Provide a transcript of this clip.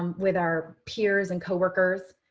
um with our peers and coworkers.